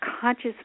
conscious